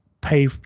pay